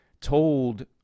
told